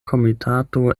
komitato